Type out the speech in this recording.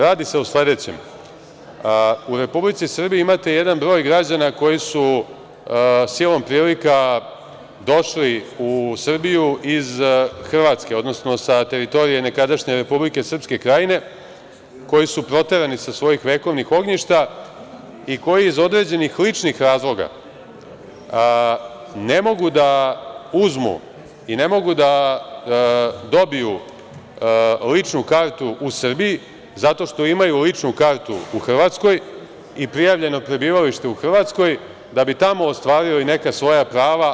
Radi se o sledećem, u Republici Srbiji imate jedan broj građana koji su silom prilika došli u Srbiju iz Hrvatske, odnosno sa teritorije nekadašnje Republike Srpske Krajine, koji su proterani sa svojih vekovnih ognjišta i koji iz određenih ličnih razloga ne mogu da uzmu i ne mogu da dobiju ličnu kartu u Srbiji zato što imaju ličnu kartu u Hrvatskoj i prijavljeno prebivalište u Hrvatskoj da bi tamo ostvarili neka svoja prava.